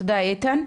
תודה איתן.